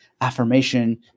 affirmation